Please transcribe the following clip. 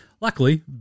Luckily